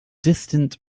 distant